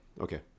okay